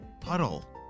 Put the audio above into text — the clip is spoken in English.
puddle